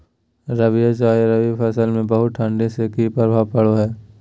रबिया चाहे रवि फसल में बहुत ठंडी से की प्रभाव पड़ो है?